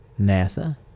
NASA